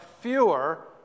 fewer